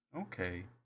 Okay